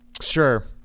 Sure